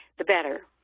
the better.